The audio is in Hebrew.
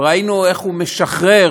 וראינו איך הוא משחרר